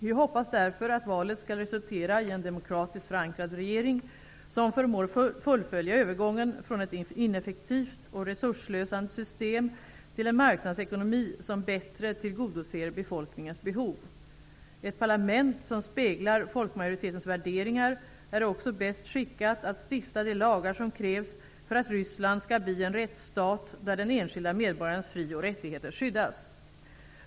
Vi hoppas därför att valet skall resultera i en demokratiskt förankrad regering som förmår fullfölja övergången från ett ineffektivt och resursslösande system till en marknadsekonomi som bättre tillgodoser befolkningens behov. Ett parlament som speglar folkmajoritetens värderingar är också bäst skickat att stifta de lagar som krävs för att Ryssland skall bli en rättsstat där den enskilda medborgarens fri och rättigheter skyddas.